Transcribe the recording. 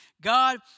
God